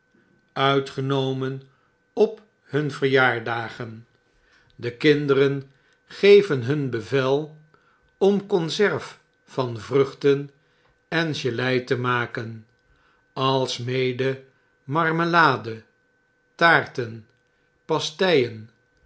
uitgenomen op hun verjaardagen de kinderen gevenhun bevel om konserf van vruchten en gelei te maken alsmede marmelade taarten pasteien